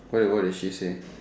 what did what did she say